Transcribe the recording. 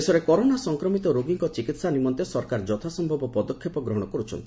ଦେଶରେ କରୋନା ସଂକ୍ରମିତ ରୋଗୀଙ୍କ ଚିକିତ୍ସା ନିମନ୍ତେ ସରକାର ଯଥା ସମ୍ଭବ ପଦକ୍ଷେପ ଗ୍ରହଣ କରୁଛନ୍ତି